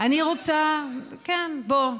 כן, בוא.